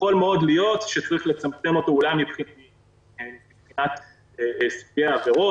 יכול מאוד להיות שצריך לצמצם אותו --- מבחינת סוגי העבירות.